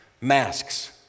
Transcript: Masks